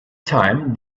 time